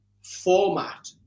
format